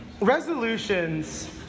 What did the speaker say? resolutions